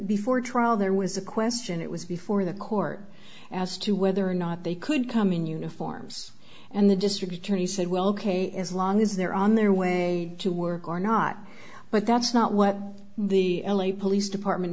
before trial there was a question it was before the court as to whether or not they could come in uniforms and the district attorney said well ok as long as they're on their way to work or not but that's not what the l a police department